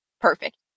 Perfect